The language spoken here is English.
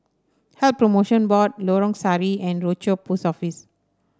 Health Promotion Board Lorong Sari and Rochor Post Office